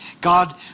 God